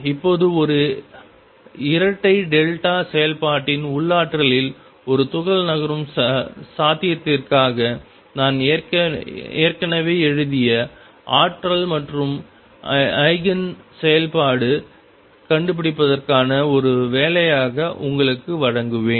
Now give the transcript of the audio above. இப்போது இது ஒரு இரட்டை டெல்டா செயல்பாட்டின் உள்ளாற்றலில் ஒரு துகள் நகரும் சாத்தியத்திற்காக நான் ஏற்கனவே எழுதிய ஆற்றல் மற்றும் ஈஜென் செயல்பாடு கண்டுபிடிப்பதற்கான ஒரு வேலையாக உங்களுக்கு வழங்குவேன்